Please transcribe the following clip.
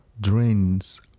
drains